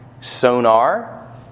sonar